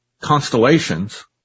constellations